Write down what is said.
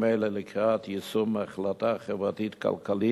אלה לקראת יישום החלטה חברתית-כלכלית